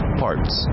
parts